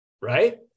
right